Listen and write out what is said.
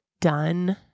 done